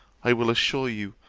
i will assure you,